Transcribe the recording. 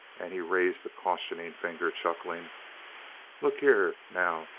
and he raised a cautioning finger, chuckling look here, now,